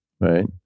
Right